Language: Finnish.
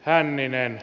hänninen